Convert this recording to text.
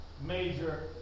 major